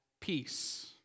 peace